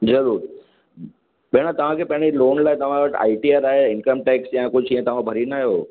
ज़रूरु भेण तव्हांखे पहिरीं लोन लाइ तव्हां वटि आई टी आर आहे इनकम टैक्स या कुझु इअं तव्हां भरींदा आहियो